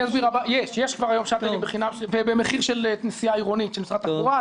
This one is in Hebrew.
יש כבר היום שאטלים במחיר של נסיעה עירונית של משרד התחבורה,